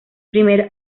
primer